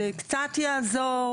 זה קצת יעזור,